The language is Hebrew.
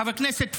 חבר הכנסת פוגל,